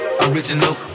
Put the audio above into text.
Original